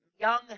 young